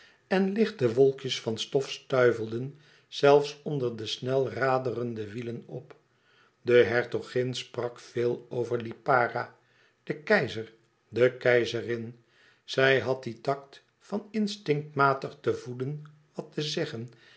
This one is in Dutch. en lichte wolkjes van stof stuivelden zelfs onder de snel raderende wielen op de hertogin sprak veel over lipara den keizer de keizerin zij had dien tact van instinctmatig te voelen wat te zeggen